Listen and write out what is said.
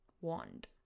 wand